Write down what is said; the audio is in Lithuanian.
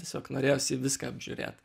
tiesiog norėjosi viską apžiūrėt